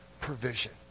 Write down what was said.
provision